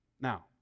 Now